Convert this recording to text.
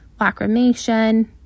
lacrimation